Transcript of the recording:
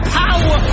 power